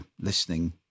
listening